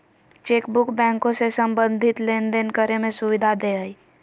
chequebook बैंको से संबंधित लेनदेन करे में सुविधा देय हइ